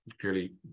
clearly